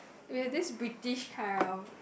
we have this British kind of